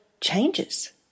changes